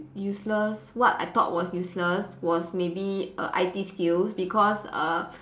useless what I thought was useless was maybe err I_T skills because err